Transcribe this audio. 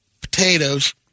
potatoes